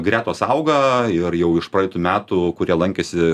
gretos auga ir jau iš praeitų metų kurie lankėsi